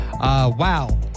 wow